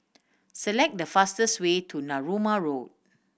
select the fastest way to Narooma Road